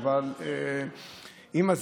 אבל אני לא מרגיש שאני מתנתק.